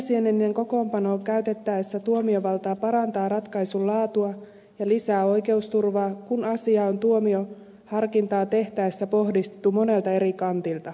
monijäseninen kokoonpano käytettäessä tuomiovaltaa parantaa ratkaisun laatua ja lisää oikeusturvaa kun asiaa on tuomioharkintaa tehtäessä pohdittu monelta eri kantilta